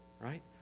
right